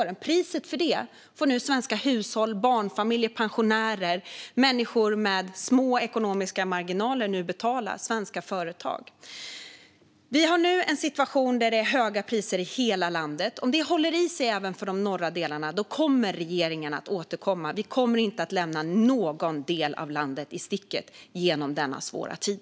Priset för det får nu svenska hushåll - barnfamiljer, pensionärer och människor med små ekonomiska marginaler - och svenska företag betala. Nu har vi höga priser i hela landet. Om det håller i sig även i de norra delarna kommer regeringen att återkomma. Vi kommer inte att lämna någon del av landet i sticket under denna svåra tid.